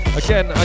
again